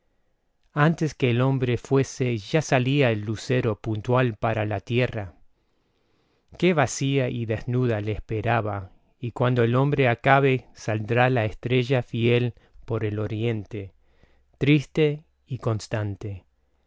antes que el hombre fuese ya salía el lucero puntual para la tierra que vacía y desnuda le esperaba y cuando el hombre acabe saldrá la estrella fiel por el oriente triste y constante